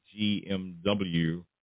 GMW